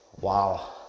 wow